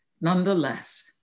Nonetheless